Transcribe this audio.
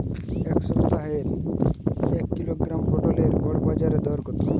এ সপ্তাহের এক কিলোগ্রাম পটলের গড় বাজারে দর কত?